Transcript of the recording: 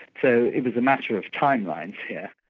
so it was a matter of timelines here.